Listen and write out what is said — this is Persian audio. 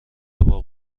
باغ